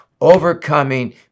overcoming